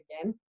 again